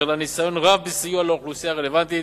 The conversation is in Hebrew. לה ניסיון רב בסיוע לאוכלוסייה הרלוונטית